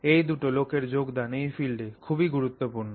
এই দুটো লোকের যোগদান এই ফিল্ডে খুবই গুরুত্বপূর্ণ